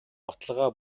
баталгаа